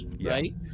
right